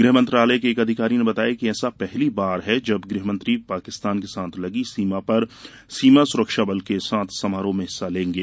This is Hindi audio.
ग्रहमंत्रालय के एक अधिकारी ने बताया कि ऐसा पहली बार है जब गृहमंत्री पाकिस्तान के साथ लगी सीमा पर सीमा सुरक्षा बल के साथ समारोह में हिस्सा लेंगे